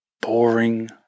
boring